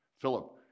Philip